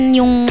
yung